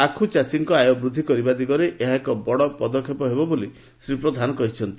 ଆଖୁ ଚାଷୀଙ୍କ ଆୟ ବୃଦ୍ଧି କରିବା ଦିଗରେ ଏହା ଏକ ବଡ଼ ପଦକ୍ଷେପ ବୋଲି ଶ୍ରୀ ପ୍ରଧାନ କହିଛନ୍ତି